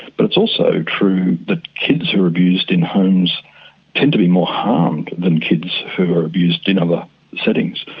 but it's also true that kids who are abused in homes tend to be more harmed than kids who are abused in other settings.